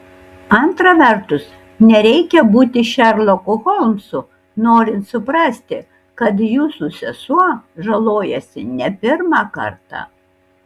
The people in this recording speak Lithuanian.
antra vertus nereikia būti šerloku holmsu norint suprasti kad jūsų sesuo žalojasi ne pirmą kartą